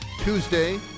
Tuesday